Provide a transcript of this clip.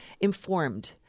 informed